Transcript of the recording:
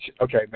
Okay